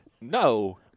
No